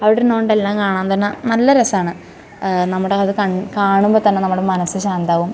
അവിടെ ഇരുന്നുകൊണ്ട് എല്ലാം കാണാൻ തന്നെ നല്ല രസമാണ് നമ്മുടെ അത് കൺ കാണുമ്പോൾ തന്നെ നമ്മുടെ മനസ്സ് ശാന്തമാവും